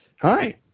Hi